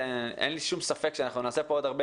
אין לי כל ספק שאנחנו נקיים כאן עוד הרבה